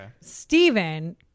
Stephen